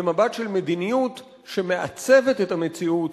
במבט של מדיניות שמעצבת את המציאות,